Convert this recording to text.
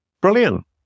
Brilliant